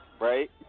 right